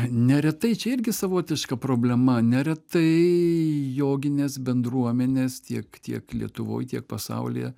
neretai čia irgi savotiška problema neretai joginės bendruomenės tiek tiek lietuvoj tiek pasaulyje